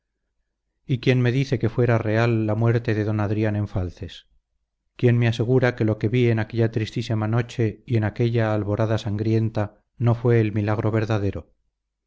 y quién mi dice que fuera real la muerte de don adrián en falces quién me asegura que lo que vi en aquella tristísima noche y en aquella alborada sangrienta no fue el milagro verdadero